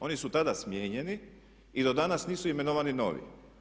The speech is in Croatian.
Oni su tada smijenjeni i do danas nisu imenovani novi.